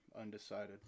undecided